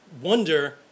wonder